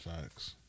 Facts